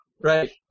Right